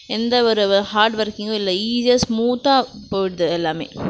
எந்தவொரு ஹார்ட் ஒர்க்கிங்கும் இல்லை ஈஸியாக ஸ்மூத்தாக போயிவிடுது எல்லாமே